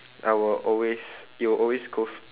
I will always it will always goes